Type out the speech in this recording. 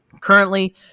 Currently